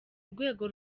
rwego